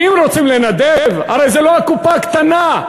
אם רוצים לנדב, הרי זה לא הקופה הקטנה.